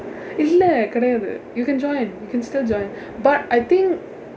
இல்லை கிடையாது:illai kidayaathu you can join you can still join but I think